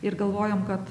ir galvojom kad